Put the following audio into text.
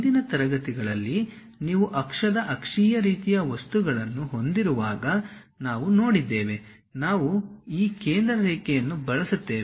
ಹಿಂದಿನ ತರಗತಿಗಳಲ್ಲಿ ನೀವು ಅಕ್ಷದ ಅಕ್ಷೀಯ ರೀತಿಯ ವಸ್ತುಗಳನ್ನು ಹೊಂದಿರುವಾಗ ನಾವು ನೋಡಿದ್ದೇವೆ ನಾವು ಈ ಕೇಂದ್ರ ರೇಖೆಯನ್ನು ಬಳಸುತ್ತೇವೆ